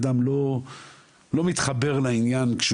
אדם לא מתחבר לעניין.